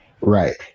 Right